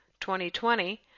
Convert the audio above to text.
2020